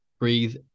breathe